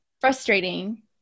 frustrating